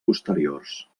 posteriors